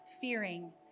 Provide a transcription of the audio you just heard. fearing